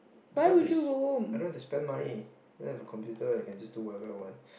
because is I don't have to spend money I have a computer I can just whatever I want